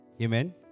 Amen